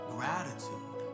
Gratitude